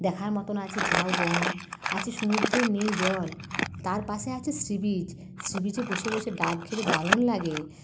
দেখার মতো আছে ঝাউবন আছে সমুদ্রের নীল জল তার পাশে আছে সি বিচ সি বিচে বসে বসে ডাব খেতে দারুণ লাগে